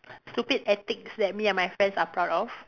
stupid antics that me and my friends are proud of